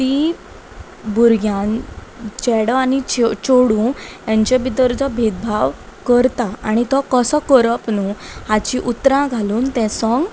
ती भुरग्यान चेडो आनी चेडू हेंचे भितर जो भेदभाव करता आनी तो कसो करप न्हय हाची उतरां घालून तें सोंग